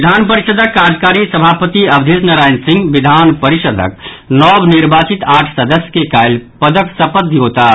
विधान परिषदक कार्यकारी सभापति अवधेश नारायण सिंह विधान परिषदक नव निर्वाचित आठ सदस्य के काल्हि पदक शपथ दियौताह